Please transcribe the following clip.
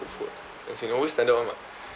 cook food as in always standard [one] [what]